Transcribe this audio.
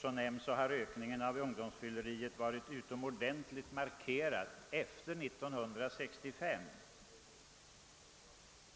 Som nämnts har ökningen av ungdomsfylleriet varit utomordentligt markerad efter 1955